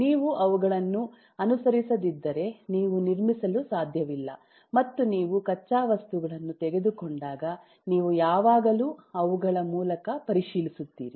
ನೀವು ಅವುಗಳನ್ನು ಅನುಸರಿಸದಿದ್ದರೆ ನೀವು ನಿರ್ಮಿಸಲು ಸಾಧ್ಯವಿಲ್ಲ ಮತ್ತು ನೀವು ಕಚ್ಚಾ ವಸ್ತುಗಳನ್ನು ತೆಗೆದುಕೊಂಡಾಗ ನೀವು ಯಾವಾಗಲೂ ಅವುಗಳ ಮೂಲಕ ಪರಿಶೀಲಿಸುತ್ತೀರಿ